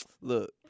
Look